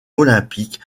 olympique